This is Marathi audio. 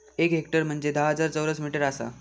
एक हेक्टर म्हंजे धा हजार चौरस मीटर आसा